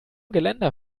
geländer